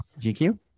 GQ